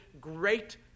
great